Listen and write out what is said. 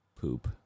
poop